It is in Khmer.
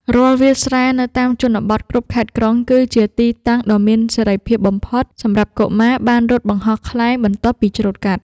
រាល់វាលស្រែនៅតាមជនបទគ្រប់ខេត្តក្រុង គឺជាទីតាំងដ៏មានសេរីភាពបំផុតសម្រាប់កុមារបានរត់បង្ហោះខ្លែងបន្ទាប់ពីច្រូតកាត់។